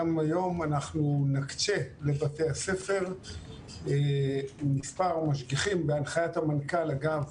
גם היום אנחנו נקצה לבתי הספר מספר משגיחים בהנחיית המנכ"ל אגב,